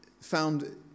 found